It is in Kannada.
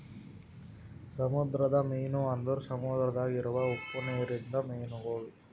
ಸಮುದ್ರದ ಮೀನು ಅಂದುರ್ ಸಮುದ್ರದಾಗ್ ಇರವು ಉಪ್ಪು ನೀರಿಂದ ಮೀನುಗೊಳ್